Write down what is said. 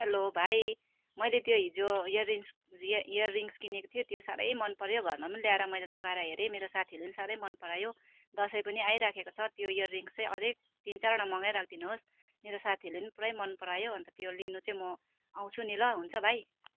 hello भाइ मैले त्यो हिजो इयरिङ्ग्स या इयरिङ्ग्स किनेको थिएँ त्यो साह्रै मनपऱ्यो घरमा पनि ल्याएर मैले लगाएर हेरेँ मेरो साथीहरूले साह्रै मनपरायो दसैँ पनि आइरहेको छ त्यो इयरिङ्ग्स चाहिँ अझै तिन चारवटा मगाई राखिदिनु होस् मेरो साथीहरूले थुप्रै मनपरायो अन्त त्यो लिनु चाहिँ म आउँछु नि ल हुन्छ भाइ